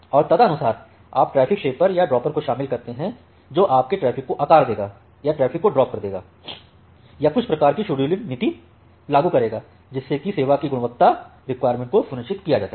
और तदनुसार आप ट्रैफ़िक शेपर या ड्रॉपर को शामिल करते हैं जो आपके ट्रैफ़िक को आकार देगा या आपकी ट्रैफ़िक को ड्राप कर देगा या कुछ प्रकार की शेड्यूलिंग नीति लागू करेगा जिससे की सेवा की गुणवत्ता रेकुइरेमेंट को सुनिश्चित किया जा सके